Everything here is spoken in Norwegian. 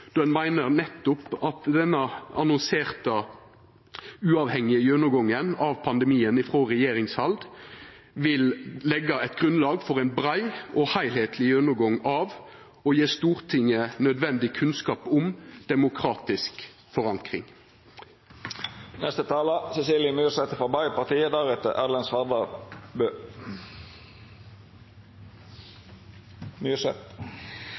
då ein meiner at denne annonserte uavhengige gjennomgangen av pandemien frå regjeringshald vil leggja eit grunnlag for ein brei og heilskapleg gjennomgang av – og gje Stortinget nødvendig kunnskap om – demokratisk forankring.